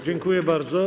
Dziękuję bardzo.